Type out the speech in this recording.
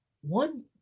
One